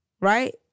right